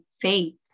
faith